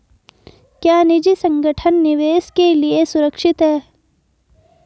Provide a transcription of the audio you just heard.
क्या निजी संगठन निवेश के लिए सुरक्षित हैं?